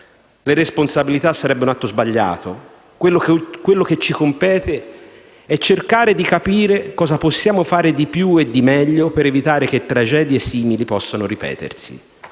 le responsabilità sarebbe un atto sbagliato; quanto ora ci compete è cercare di capire cosa possiamo fare di più e di meglio per evitare che tragedie simili possano ripetersi.